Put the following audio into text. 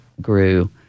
grew